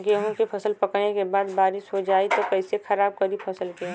गेहूँ के फसल पकने के बाद बारिश हो जाई त कइसे खराब करी फसल के?